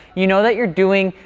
you know that you're doing,